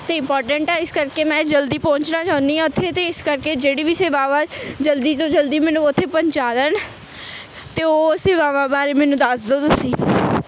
ਅਤੇ ਇੰਪੋਰਟੈਂਟ ਆ ਇਸ ਕਰਕੇ ਮੈਂ ਜਲਦੀ ਪਹੁੰਚਣਾ ਚਾਹੁੰਦੀ ਹਾਂ ਉੱਥੇ ਤਾਂ ਇਸ ਕਰਕੇ ਜਿਹੜੀ ਵੀ ਸੇਵਾਵਾਂ ਜਲਦੀ ਤੋਂ ਜਲਦੀ ਮੈਨੂੰ ਉੱਥੇ ਪਹੁੰਚਾ ਦੇਣ ਤਾਂ ਉਹ ਸੇਵਾਵਾਂ ਬਾਰੇ ਮੈਨੂੰ ਦੱਸ ਦਿਓ ਤੁਸੀਂ